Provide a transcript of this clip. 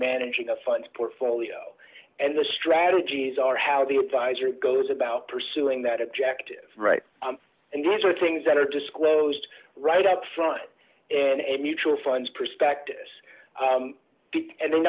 managing the funds portfolio and the strategies are how the advisory goes about pursuing that objective right and these are things that are disclosed right up front in a mutual funds prospectus and